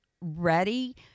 ready